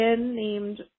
named